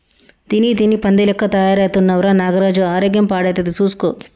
తిని తిని పంది లెక్క తయారైతున్నవ్ రా నాగరాజు ఆరోగ్యం పాడైతది చూస్కో